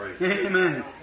Amen